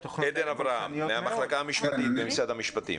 עדן אברהם מהמחלקה המשפטית במשרד המשפטים.